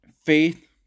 faith